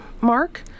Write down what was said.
mark